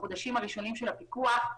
בחודשים הראשונים של הפיקוח,